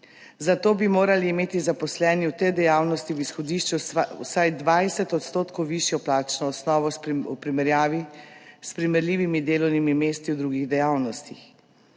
Za to bi morali imeti zaposleni v tej dejavnosti v izhodišču vsaj 20 odstotkov višjo plačno osnovo v primerjavi s primerljivimi delovnimi mesti v drugih dejavnostih.